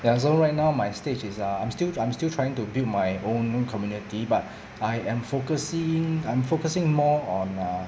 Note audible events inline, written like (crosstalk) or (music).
ya so right now my stage is uh I'm still I'm still trying to build my own community but (breath) I am focusing I'm focusing more on uh